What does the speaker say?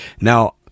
Now